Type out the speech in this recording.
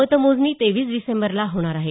मतमोजणी तेवीस डिसेंबरला होणार आहे